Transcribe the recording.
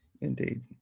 indeed